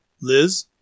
Liz